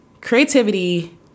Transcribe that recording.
Creativity